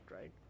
right